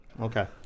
Okay